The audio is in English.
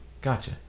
Gotcha